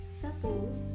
Suppose